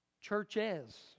Churches